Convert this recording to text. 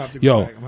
Yo